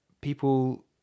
people